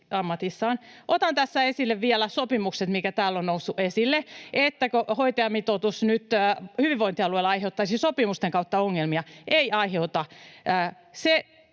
ammatissaan. Otan tässä esille vielä sopimukset, mitkä täällä ovat nousseet esille: ettäkö hoitajamitoitus nyt hyvinvointialueilla aiheuttaisi sopimusten kautta ongelmia. Ei aiheuta.